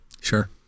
Sure